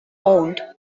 owned